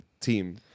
team